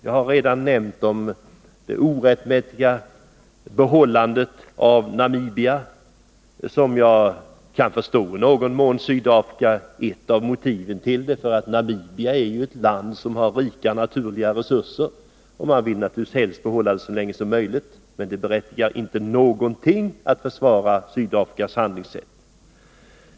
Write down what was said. Jag har redan nämnt Sydafrikas orättmätiga behållande av Namibia. Jag kan i någon mån förstå ett av motiven till det: Namibia är ju ett land med rika naturresurser, och Sydafrika vill naturligtvis behålla det landet så länge som möjligt. Men detta berättigar inte på något sätt Sydafrikas handlingssätt.